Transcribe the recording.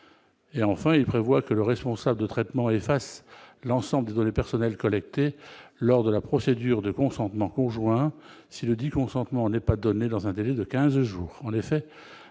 et enfin il prévoit que le responsable de traitement efface l'ensemble des données personnelles collectées lors de la procédure de consentement conjoint s'il le dit consentement n'est pas donné dans un délai de 15 jours